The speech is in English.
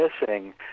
missing